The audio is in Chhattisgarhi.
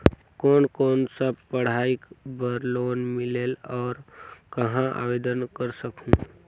कोन कोन सा पढ़ाई बर लोन मिलेल और कहाँ आवेदन कर सकहुं?